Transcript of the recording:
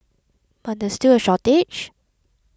but there is still a shortage